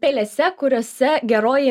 pelėse kuriose geroji